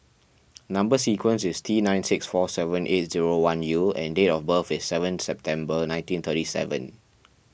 Number Sequence is T nine six four seven eight zero one U and date of birth is seven September nineteen thirty seven